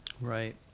Right